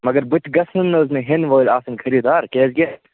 مگر بُتھِ گَژھَن نہٕ حظ ہیٚنۍ وٲلۍ آسٕنۍ خٔریٖدار کیٛازکہِ